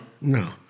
No